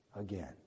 again